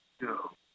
go